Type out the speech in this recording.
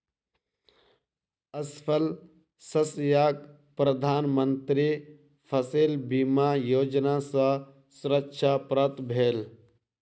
असफल शस्यक प्रधान मंत्री फसिल बीमा योजना सॅ सुरक्षा प्राप्त भेल